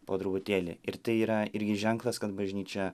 po truputėlį ir tai yra irgi ženklas kad bažnyčia